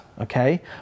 okay